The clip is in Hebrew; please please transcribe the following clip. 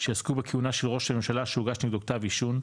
שעסקו בכהונה של ראש הממשלה שהוגש נגדו כתב אישום,